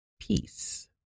Peace